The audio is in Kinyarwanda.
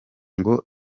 ngo